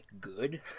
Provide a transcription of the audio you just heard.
good